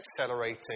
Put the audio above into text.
accelerating